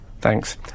Thanks